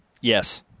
Yes